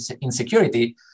insecurity